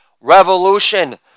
revolution